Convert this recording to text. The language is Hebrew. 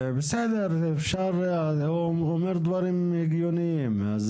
בסדר הוא אומר דברים הגיוניים,